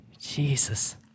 Jesus